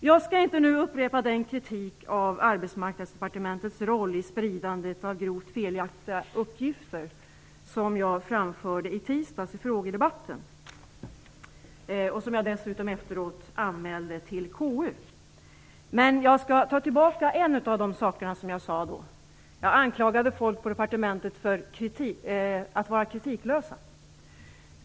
Jag skall inte nu upprepa den kritik av Arbetsmarknadsdepartementets roll i spridandet av grovt felaktiga uppgifter som jag framförde i tisdags i frågedebatten. Jag anmälde dessutom efteråt saken till KU. Men jag skall ta tillbaka en av de saker som jag sade då. Jag anklagade folk på departementet för att vara kritiklösa.